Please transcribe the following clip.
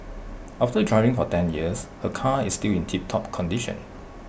after driving for ten years her car is still in tiptop condition